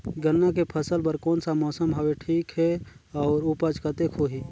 गन्ना के फसल बर कोन सा मौसम हवे ठीक हे अउर ऊपज कतेक होही?